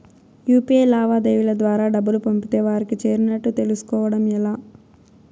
UPI లావాదేవీల ద్వారా డబ్బులు పంపితే వారికి చేరినట్టు తెలుస్కోవడం ఎలా?